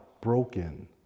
broken